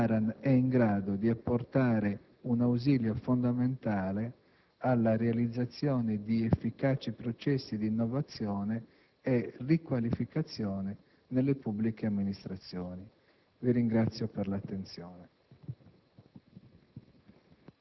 -l'ARAN è in grado di apportare un ausilio fondamentale alla realizzazione di efficaci processi di innovazione e riqualificazione nelle pubbliche amministrazioni.